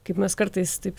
kaip mes kartais taip